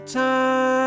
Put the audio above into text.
time